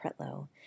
Pretlow